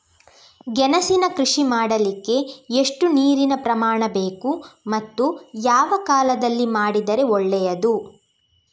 ಗೆಣಸಿನ ಕೃಷಿ ಮಾಡಲಿಕ್ಕೆ ಎಷ್ಟು ನೀರಿನ ಪ್ರಮಾಣ ಬೇಕು ಮತ್ತು ಯಾವ ಕಾಲದಲ್ಲಿ ಮಾಡಿದರೆ ಒಳ್ಳೆಯದು?